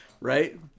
Right